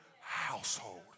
household